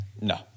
No